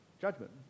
Judgment